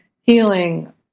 healing